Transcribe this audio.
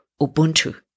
Ubuntu